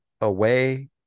Away